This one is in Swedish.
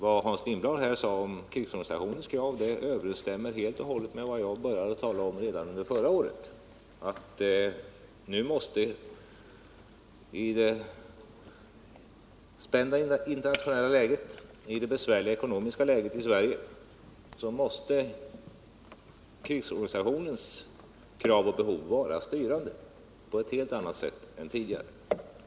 Vad Hans Lindblad sade om krigsorganisationens krav överensstämmer helt med det som jag började tala om redan förra året, nämligen att krigsorganisationens krav och behov, i det spända internationella läget och i det besvärliga ekonomiska klimat som vi har i Sverige, måste vara styrande på ett helt annat sätt än tidigare.